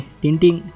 tinting